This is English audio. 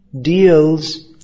deals